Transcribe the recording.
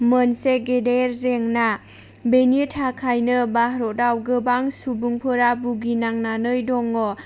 मोनसे गेदेर जेंना बेनि थाखायनो भारताव गोबां सुबुंफोरा बुगिनांनानै दङ